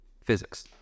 Physics